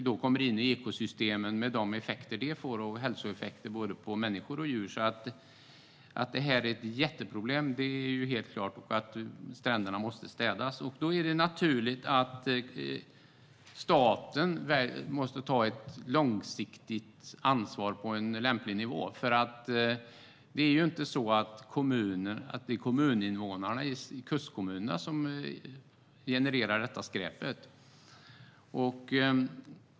Det kommer in i ekosystemen med hälsoeffekter på både människor och djur. Att detta är ett jätteproblem är helt klart. Stränderna måste städas. Då är det naturligt att staten tar ett långsiktigt ansvar på lämplig nivå. Det är ju inte kommuninvånarna i kustkommunerna som genererar detta skräp.